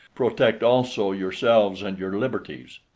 protect also yourselves and your liberties.